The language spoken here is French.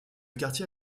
quartier